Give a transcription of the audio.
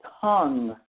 tongue